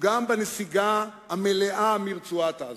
וגם בנסיגה המלאה מרצועת-עזה.